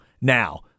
Now